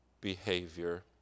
behavior